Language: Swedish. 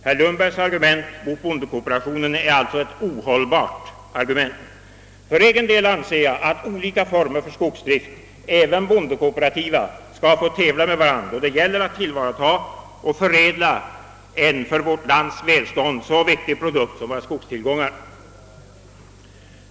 Herr Lundbergs argument mot bondekooperationen är alltså ohållbart. För egen del anser jag att olika former för skogsdrift, även bondekooperativa, skall få tävla med varandra när det gäller att tillvarataga och förädla en för vårt lands välstånd så viktig pro dukt som våra skogstillgångar.